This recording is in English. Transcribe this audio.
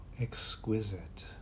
exquisite